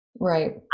Right